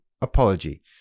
apology